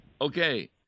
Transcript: Okay